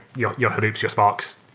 your your hadoops, your sparks,